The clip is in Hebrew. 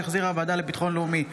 שהחזירה הוועדה לביטחון לאומי.